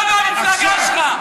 אתה והמפלגה שלך.